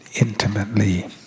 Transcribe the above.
intimately